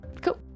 cool